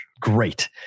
great